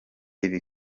ibi